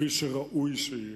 כפי שראוי שיהיה.